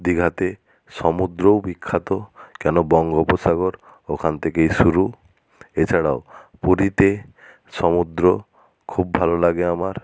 দিঘাতে সমুদ্রও বিখ্যাত কেন বঙ্গোপসাগর ওখান থেকেই শুরু এছাড়াও পুরীতে সমুদ্র খুব ভালো লাগে আমার